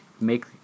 make